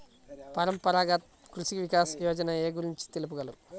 పరంపరాగత్ కృషి వికాస్ యోజన ఏ గురించి తెలుపగలరు?